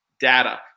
data